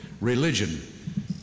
Religion